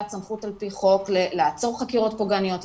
סמכות על פי חוק לעצור חקירות פוגעניות,